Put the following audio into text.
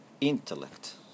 intellect